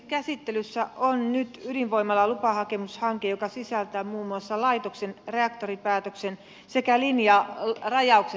käsittelyssä on nyt ydinvoimalan lupahakemushanke joka sisältää muun muassa laitoksen reaktoripäätöksen sekä linjarajaukset myös omistuspohjaan